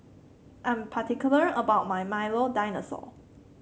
I'm particular about my Milo Dinosaur